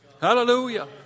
Hallelujah